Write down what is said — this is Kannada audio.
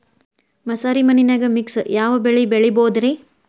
ಮಸಾರಿ ಮಣ್ಣನ್ಯಾಗ ಮಿಕ್ಸ್ ಯಾವ ಬೆಳಿ ಬೆಳಿಬೊದ್ರೇ?